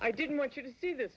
i didn't want you to see th